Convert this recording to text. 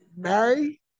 Mary